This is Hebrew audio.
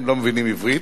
הם לא מבינים עברית,